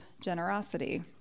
generosity